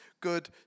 good